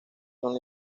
son